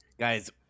Guys